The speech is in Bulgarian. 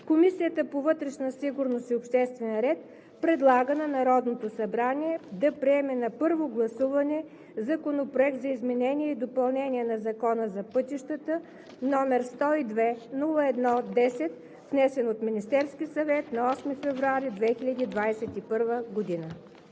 Комисията по вътрешна сигурност и обществен ред предлага на Народното събрание да приеме на първо гласуване Законопроект за изменение и допълнение на Закона за пътищата, № 102-01-10, внесен от Министерския съвет на 8 февруари 2021 г.“